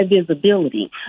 visibility